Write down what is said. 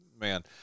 man